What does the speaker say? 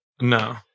No